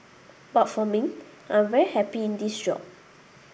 but for me I'm very happy in this job